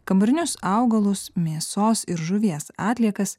kambarinius augalus mėsos ir žuvies atliekas